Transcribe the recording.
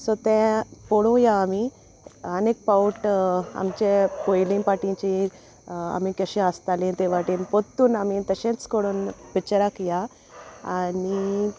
so तें पळोवया आमी आनी एक पावट आमचे पयलीं पाटीचेर आमी कशें आसतालीं ते वाटेन पोत्तून आमी तशेंच कोरुन पिच्चराक या आनी